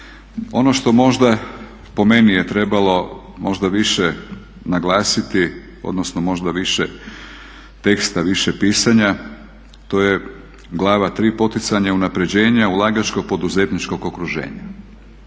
ono što možda po meni je trebalo možda više naglasiti odnosno možda više teksta, više pisanja to je glava 3 Poticanje unapređenja ulagačko-poduzetničkog okruženja